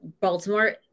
Baltimore